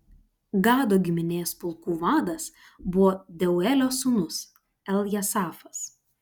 gado giminės pulkų vadas buvo deuelio sūnus eljasafas